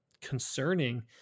concerning